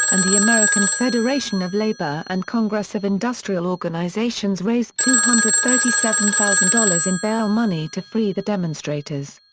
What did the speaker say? and the american federation of labor and congress of industrial organizations raised two hundred and thirty seven thousand dollars in bail money to free the demonstrators.